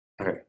okay